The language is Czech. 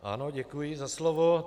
Ano, děkuji za slovo.